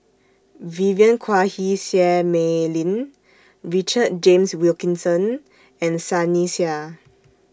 Vivien Quahe Seah Mei Lin Richard James Wilkinson and Sunny Sia